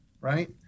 right